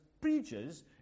preaches